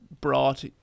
brought